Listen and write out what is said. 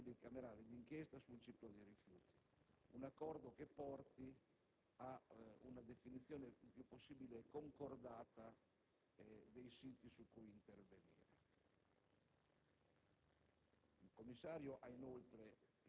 così come auspicato dalla Commissione bicamerale d'inchiesta sul ciclo dei rifiuti, che porti a una definizione il più possibile concordata sui siti su cui intervenire.